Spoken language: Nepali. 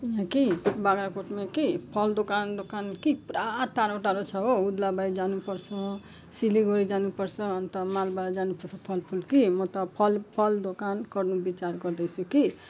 अब कि बाग्राकोटमा कि फल दोकान दोकान कि पुरा टाढो टाढो छ हो ओद्लाबारी जानुपर्छ सिलगढी जानुपर्छ अन्त मालबजार जानुपर्छ फलफुल कि म त फल फल दोकान गर्नु विचार गर्दैछु कि